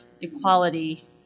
equality